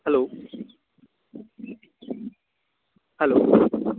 hello hello